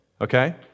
Okay